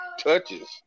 touches